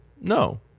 no